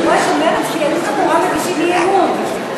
רואה שמרצ ויהדות התורה מגישים אי-אמון,